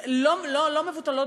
לא מבוטלות